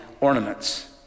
ornaments